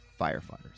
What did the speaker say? firefighters